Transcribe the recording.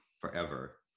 forever